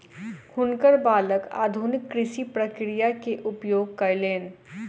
हुनकर बालक आधुनिक कृषि प्रक्रिया के उपयोग कयलैन